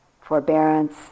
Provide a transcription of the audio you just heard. forbearance